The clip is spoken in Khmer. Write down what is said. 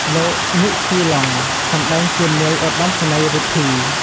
លោក ញឹក ជូឡុង សម្តែងជានាយឧត្តមសេនីយ៍រិទ្ធី។